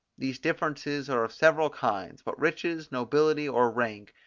these differences are of several kinds but riches, nobility or rank,